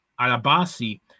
Alabasi